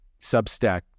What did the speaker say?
substack